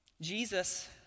Jesus